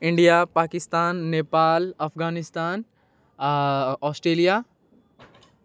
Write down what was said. India Pakistan Nepal Afghanistan आओर Australia